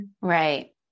Right